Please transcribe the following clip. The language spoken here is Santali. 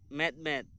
ᱢᱮᱫ ᱢᱮᱫ